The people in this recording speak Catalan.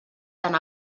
tant